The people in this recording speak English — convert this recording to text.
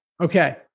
Okay